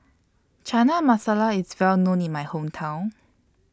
Chana Masala IS Well known in My Hometown